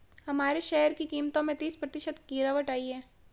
हमारे शेयर की कीमतों में तीस प्रतिशत की गिरावट आयी है